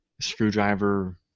screwdriver